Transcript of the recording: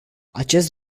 acest